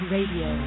Radio